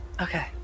Okay